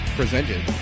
presented